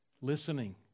Listening